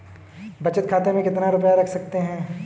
बचत खाते में कितना रुपया रख सकते हैं?